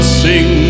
sing